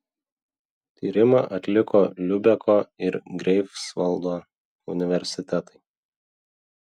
tyrimą atliko liubeko ir greifsvaldo universitetai